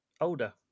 older